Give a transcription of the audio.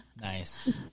Nice